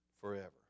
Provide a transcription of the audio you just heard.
forever